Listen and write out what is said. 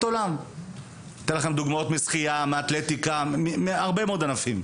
יש דוגמאות משחייה, אתלטיקה והרבה מאוד ענפים.